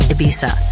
Ibiza